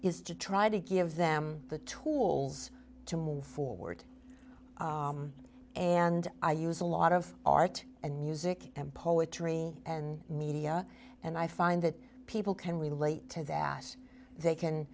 is to try to give them the tools to move forward and i use a lot of art and music and poetry and media and i find that people can relate to the ass they can